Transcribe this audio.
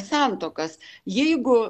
santuokas jeigu